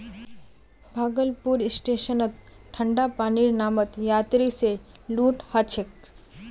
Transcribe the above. भागलपुर स्टेशनत ठंडा पानीर नामत यात्रि स लूट ह छेक